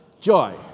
Joy